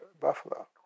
buffalo